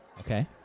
Okay